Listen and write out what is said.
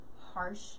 harsh